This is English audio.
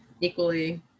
equally